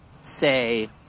say